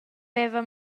veva